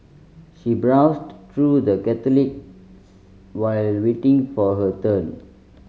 she browsed through the catalogues while waiting for her turn